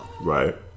Right